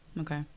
Okay